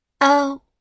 Oh